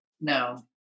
no